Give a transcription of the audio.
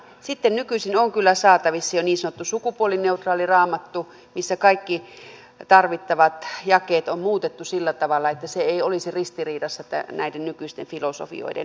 sitten nykyisin on kyllä saatavissa jo niin sanottu sukupuolineutraali raamattu jossa kaikki tarvittavat jakeet on muutettu sillä tavalla että se ei olisi ristiriidassa näiden nykyisten filosofioiden kanssa